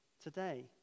today